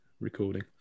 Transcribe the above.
recording